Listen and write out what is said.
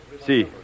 See